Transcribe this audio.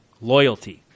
loyalty